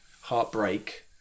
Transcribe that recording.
heartbreak